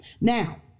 Now